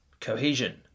cohesion